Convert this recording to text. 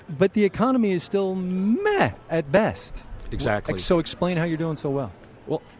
but the economy is still meh at best exactly so explain how you're doing so well well,